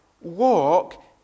walk